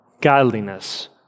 godliness